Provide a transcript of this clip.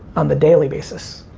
on the daily basis,